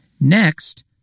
Next